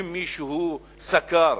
סקר,